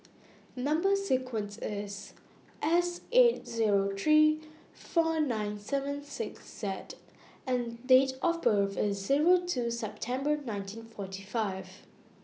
Number sequence IS S eight Zero three four nine seven six cede and Date of birth IS Zero two September nineteen forty five